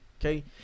okay